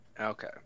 Okay